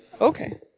Okay